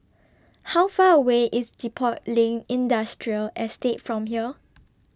How Far away IS Depot Lane Industrial Estate from here